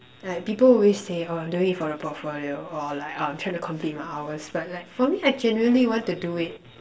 like people always say oh I'm doing it for the portfolio or like I'm trying to complete my hours but like for me I genuinely want to do it